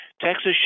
Texas